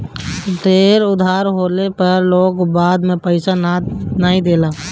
ढेर उधार लेहला पअ भी लोग बाद में पईसा नाइ देला